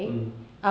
mm